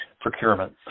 procurement